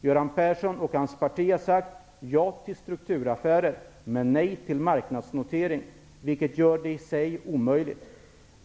Göran Persson och hans parti har sagt ja till strukturaffärer men nej till marknadsnotering vilket i sig gör det hela omöjligt.